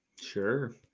Sure